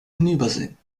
hinübersehen